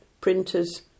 printers